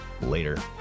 later